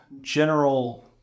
general